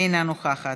אינה נוכחת,